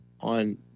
on